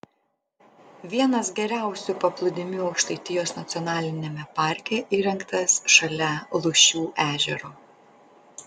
vienas geriausių paplūdimių aukštaitijos nacionaliniame parke įrengtas šalia lūšių ežero